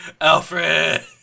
Alfred